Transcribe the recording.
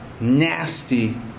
nasty